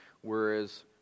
whereas